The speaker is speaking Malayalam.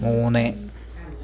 മൂന്ന്